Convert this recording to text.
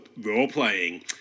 role-playing